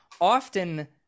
often